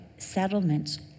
settlements